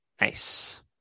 Nice